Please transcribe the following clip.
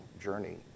journey